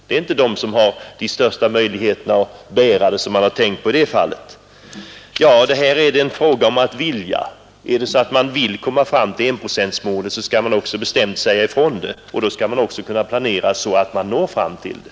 Det är inte dem som har de största möjligheterna att bära bördan som man har tänkt på i det fallet. Här är det fråga om att vilja. Vill man komma fram till enprocentsmålet skall man också bestämt säga ifrån det, och då skall man också kunna planera så att man når fram till det.